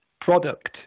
product